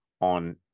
on